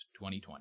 2020